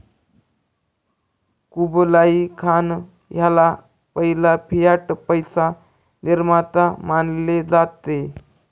Kublai Khan ह्याला पहिला fiat पैसा निर्माता मानले जाते